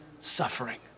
suffering